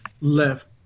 left